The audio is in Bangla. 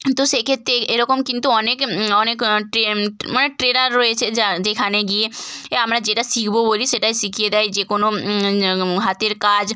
তো সেক্ষেত্রে এরকম কিন্তু অনেক অনেক ট্রে মানে ট্রেনার রয়েছে যা যেখানে গিয়ে এ আমরা যেটা শিখব বলি সেটাই শিখিয়ে দেয় যে কোনো হাতের কাজ